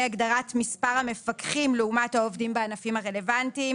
הגדרת מספר המפקחים לעומת העובדים בענפים הרלוונטיים.